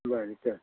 बरें चल